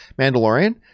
Mandalorian